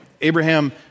Abraham